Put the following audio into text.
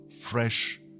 fresh